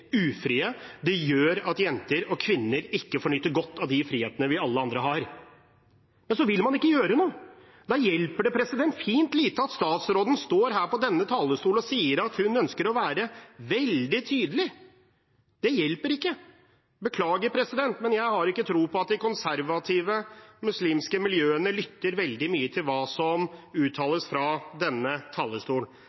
ufrie, det gjør at jenter og kvinner ikke får nyte godt av de frihetene alle vi andre har. Men så vil man ikke gjøre noe! Da hjelper det fint lite at statsråden står her på denne talerstol og sier at hun ønsker å være veldig tydelig. Det hjelper ikke. Beklager, men jeg har ikke tro på at de konservative muslimske miljøene lytter veldig mye til hva som